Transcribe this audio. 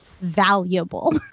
valuable